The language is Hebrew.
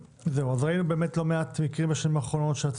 בשנים האחרונות ראינו לא מעט מקרים של הצפות